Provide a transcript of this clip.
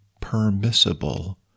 permissible